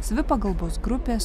savipagalbos grupės